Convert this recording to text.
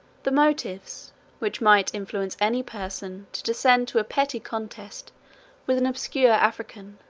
the motives which might influence any person to descend to a petty contest with an obscure african,